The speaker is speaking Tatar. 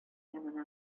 янына